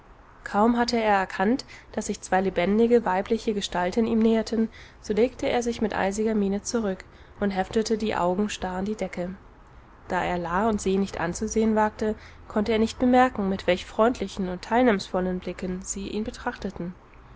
kaum hatte er erkannt daß sich zwei lebendige weibliche gestalten ihm näherten so legte er sich mit eisiger miene zurück und heftete die augen starr an die decke da er la und se nicht anzusehen wagte konnte er nicht bemerken mit welch freundlichen und teilnahmsvollen blicken sie ihn betrachteten